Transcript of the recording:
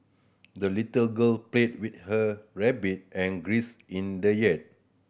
the little girl played with her rabbit and in the yard